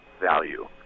value